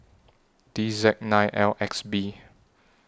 D Z nine L X B